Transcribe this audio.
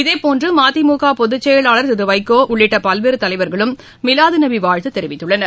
இதேபோன்று மதிமுக பொதுச்செயலாளர் திரு வைகோ உள்ளிட்ட பல்வேறு தலைவர்களும் மீலாதுநபி வாழ்த்து தெரிவித்துள்ளனர்